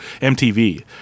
MTV